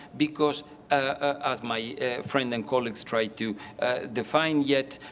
because ah as my friend and colleagues tried to define yet,